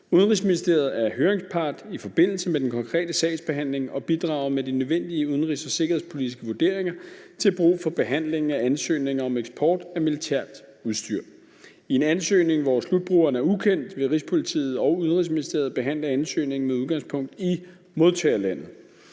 Udenrigsministeriet er høringspart i forbindelse med den konkrete sagsbehandling og bidrager med de nødvendige udenrigs- og sikkerhedspolitiske vurderinger til brug for behandlingen af ansøgninger om eksport af militært udstyr. I en ansøgning, hvor slutbrugeren er ukendt, vil Rigspolitiet og Udenrigsministeriet behandle ansøgningen med udgangspunkt i modtagerlandet.